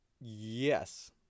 yes